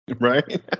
Right